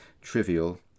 trivial